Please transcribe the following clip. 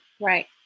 Right